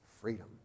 freedom